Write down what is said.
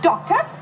Doctor